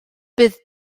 bydd